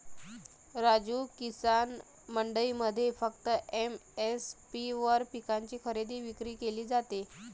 राजू, किसान मंडईमध्ये फक्त एम.एस.पी वर पिकांची खरेदी विक्री केली जाते